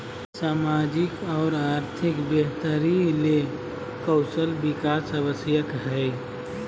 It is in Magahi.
सामाजिक और आर्थिक बेहतरी ले कौशल विकास आवश्यक हइ